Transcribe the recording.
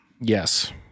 Yes